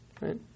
Right